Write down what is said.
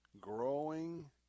growing